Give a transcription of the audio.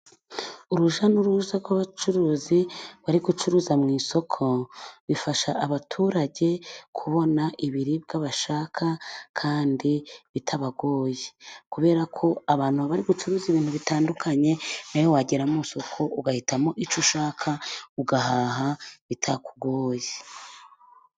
Urujya n'uruza rw'abacuruzi bari gucuruza mu isoko bifasha abaturage kubona ibiribwa bashaka, kandi bitabagoye. Kubera ko abantu bari gucuruza ibintu bitandukanye nawe wagera mu soko ugahitamo icyo ushaka, ugahaha bitakugoye.